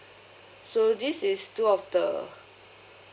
so this is two of the